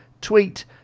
tweet